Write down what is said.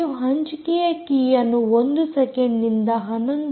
ನೀವು ಹಂಚಿಕೆಯ ಕೀಯನ್ನು 1 ಸೆಕೆಂಡ್ ನಿಂದ 11